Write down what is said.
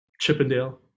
Chippendale